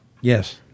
Yes